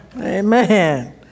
Amen